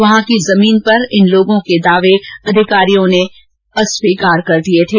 वहां की जमीन पर इन लोगों के दावे अधिकारियों ने अस्वीकार कर दिये थे